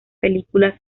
película